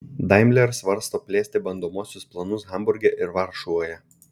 daimler svarsto plėsti bandomuosius planus hamburge ir varšuvoje